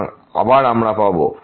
সুতরাং আবার আমরা পাবো